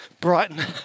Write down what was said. Brighton